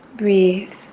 Breathe